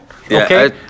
Okay